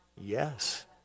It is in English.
yes